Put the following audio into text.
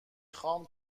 خوام